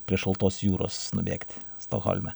prie šaltos jūros nubėgt stokholme